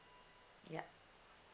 ya